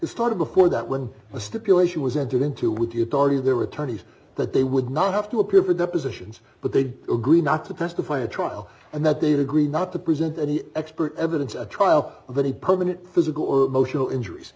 started before that when the stipulation was entered into with the authority of their attorneys that they would not have to appear for depositions but they'd agree not to testify at trial and that they'd agree not to present any expert evidence at trial of any permanent physical emotional injuries